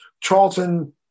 Charlton